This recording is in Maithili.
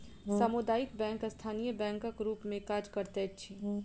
सामुदायिक बैंक स्थानीय बैंकक रूप मे काज करैत अछि